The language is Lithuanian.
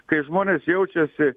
kai žmonės jaučiasi